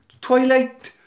Twilight